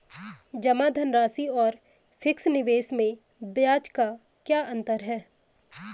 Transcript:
जमा धनराशि और फिक्स निवेश में ब्याज का क्या अंतर है?